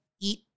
eat –